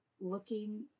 looking